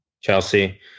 Chelsea